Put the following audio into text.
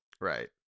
Right